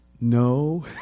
No